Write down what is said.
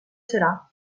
serà